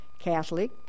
Catholic